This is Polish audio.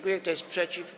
Kto jest przeciw?